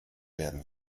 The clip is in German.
werden